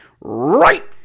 right